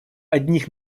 одних